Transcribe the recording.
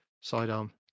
sidearm